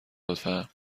لطفا